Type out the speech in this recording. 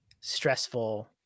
stressful